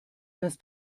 das